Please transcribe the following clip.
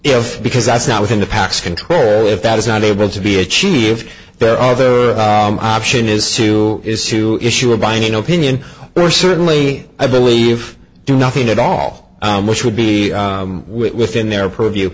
if because that's not within the paks control if that is not able to be achieved there are the option is to issue issue a binding opinion or certainly i believe do nothing at all i'm which would be within their purview